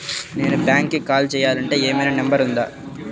నేను బ్యాంక్కి కాల్ చేయాలంటే ఏమయినా నంబర్ ఉందా?